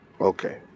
Okay